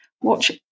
Watch